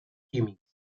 químics